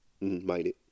Minded